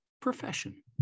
Profession